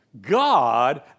God